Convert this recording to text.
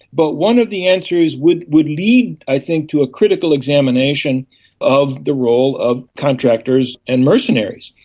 but one of the answers would would lead i think to a critical examination of the role of contractors and mercenaries.